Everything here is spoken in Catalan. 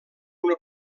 una